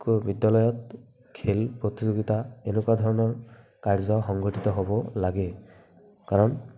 কোনো বিদ্যালয়ত খেল প্ৰতিযোগীতা এনেকুৱা ধৰণৰ কাৰ্য সংগঠিত হ'ব লাগে কাৰণ